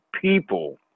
people